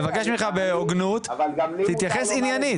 אני מבקש ממך בהוגנות, תתייחס עניינית.